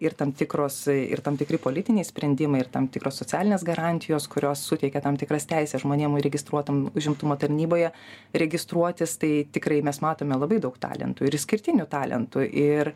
ir tam tikros ir tam tikri politiniai sprendimai ir tam tikros socialinės garantijos kurios suteikia tam tikras teises žmonėm registruotam užimtumo tarnyboje registruotis tai tikrai mes matome labai daug talentų ir išskirtinių talentų ir